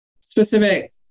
specific